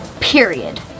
period